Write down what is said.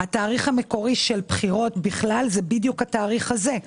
התאריך המקורי של בחירות בכלל הוא בדיוק התאריך הזה.